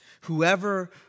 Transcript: whoever